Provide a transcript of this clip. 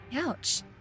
Ouch